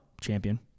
Champion